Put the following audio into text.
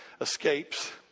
escapes